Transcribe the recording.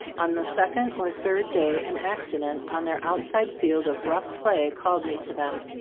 on the second or third day an accident on their outside field of rough play called me to them.